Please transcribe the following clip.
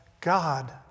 God